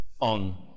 On